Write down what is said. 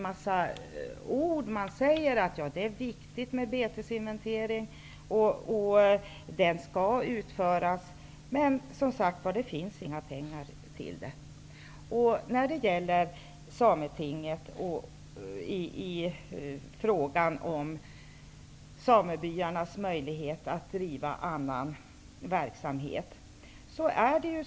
Man säger att det är viktigt med betesinventering och att den skall utföras, men det finns som sagt inga pengar till detta. Jag vill också säga några ord om sametinget och frågan om samebyarnas rätt och möjlighet att driva annan verksamhet.